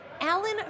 Alan